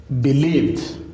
believed